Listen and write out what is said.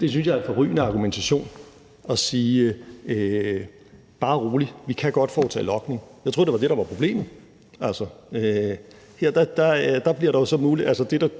Det synes jeg er en forrygende argumentation, altså at sige: Bare rolig, vi kan godt foretage logning. Jeg troede, at det var det, der var problemet.